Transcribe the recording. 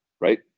right